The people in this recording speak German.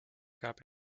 gab